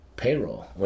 payroll